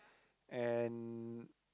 and